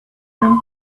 them